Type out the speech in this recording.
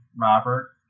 Robert